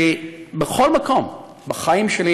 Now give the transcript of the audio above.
בכל מקום בחיים שלי